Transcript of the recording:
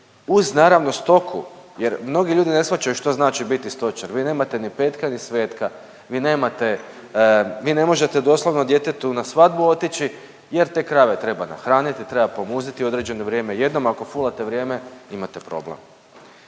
uz naravno stoku jer mnogi ljudi ne shvaćaju što znači biti stočar, vi nemate ni petka, ni svetka, vi nemate, vi ne možete doslovno djetetu na svadbu otići jer te krave treba nahraniti, treba pomuziti u određeno vrijeme, jednom ako fulate vrijeme imate problem.